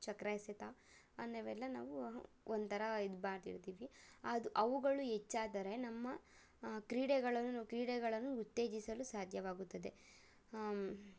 ಚಕ್ರ ಎಸೆತ ಅನ್ನವೆಲ್ಲ ನಾವು ಒಂಥರ ಇದು ಅದು ಅವುಗಳು ಹೆಚ್ಚಾದರೆ ನಮ್ಮ ಕ್ರೀಡೆಗಳನ್ನು ಕ್ರೀಡೆಗಳನ್ನು ಉತ್ತೇಜಿಸಲು ಸಾಧ್ಯವಾಗುತ್ತದೆ